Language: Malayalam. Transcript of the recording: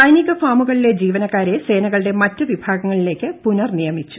സൈനിക ഫാമുകളിലെ ജീവനക്കാരെ സേനകളുടെ മറ്റ് വിഭാഗങ്ങളിലേക്ക് പുനർ നിയമിച്ചു